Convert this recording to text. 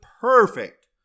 perfect